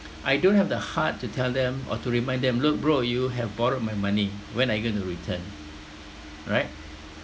I don't have the heart to tell them or to remind them look bro you have borrowed my money when are you going to return right